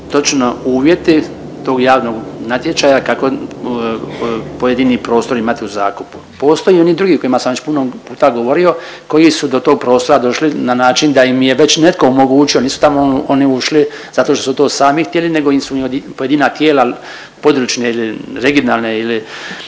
točno uvjeti tog javnog natječaja kako pojedini prostor imat u zakupu. Postoje i oni drugi o kojima sam već puno puta govorio koji su do tog prostora došli na način da im je već netko omogućio, oni su tamo oni ušli zato što su to sami htjeli nego su im pojedina tijela područne ili regionalne ili